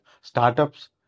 startups